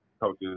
coaches